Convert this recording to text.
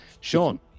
Sean